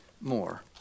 more